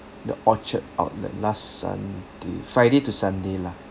the orchard outlet last sunday friday to sunday lah